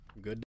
Good